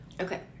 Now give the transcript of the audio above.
Okay